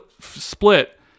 split